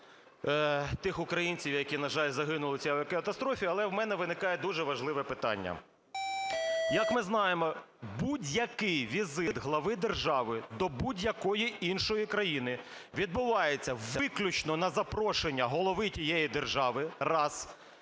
тих українців, які, на жаль, загинули в цій авіакатастрофі. Але в мене виникає дуже важливе питання. Як ми знаємо, будь-який візит глави держави до будь-якої іншої країни відбувається виключно на запрошення голови тієї держави – раз,